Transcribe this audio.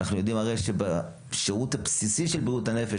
אנחנו יודעים שבשירות הבסיסי של בריאות הנפש,